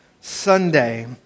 Sunday